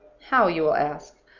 how? you will ask.